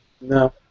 No